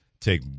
take